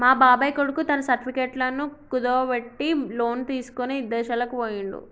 మా బాబాయ్ కొడుకు తన సర్టిఫికెట్లను కుదువబెట్టి లోను తీసుకొని ఇదేశాలకు బొయ్యిండు